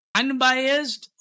unbiased